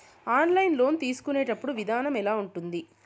online loan తీసుకునేటప్పుడు విధానం ఎలా ఉంటుంది